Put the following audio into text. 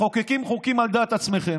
מחוקקים חוקים על דעת עצמכם?